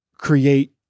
create